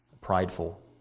prideful